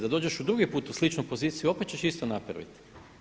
Da dođeš drugi put u sličnu poziciju opet ćeš isto napraviti.